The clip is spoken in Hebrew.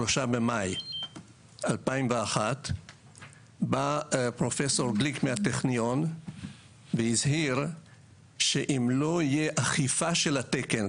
במאי 2001. בא פרופ' גליק מהטכניון והזהיר שאם לא יהיה אכיפה של התקן,